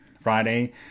Friday